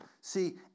See